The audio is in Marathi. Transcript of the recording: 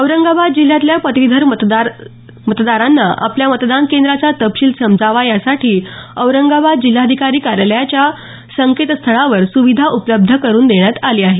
औरंगाबाद जिल्ह्यातल्या पदवीधर मतदारांना आपल्या मतदान केंद्राचा तपशील समजावा यासाठी औरंगाबाद जिल्हाधिकारी कार्यालयाच्या संकेतस्थळावर सुविधा उपलब्ध करून देण्यात आली आहे